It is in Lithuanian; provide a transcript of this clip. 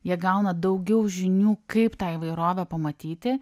jie gauna daugiau žinių kaip tą įvairovę pamatyti